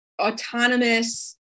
autonomous